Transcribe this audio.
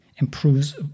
improves